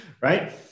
Right